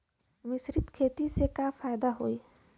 मिश्रित खेती से का फायदा होई?